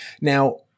Now